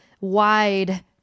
wide